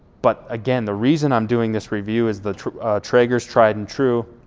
but again, the reason i'm doing this review is the traeger's tried and true,